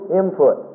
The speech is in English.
input